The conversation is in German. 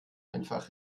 einfach